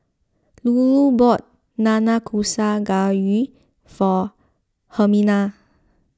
Lulu bought Nanakusa Gayu for Hermina